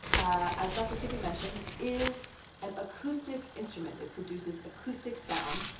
as dr. kibbie mentioned, is an acoustic instrument. it produces acoustic sound.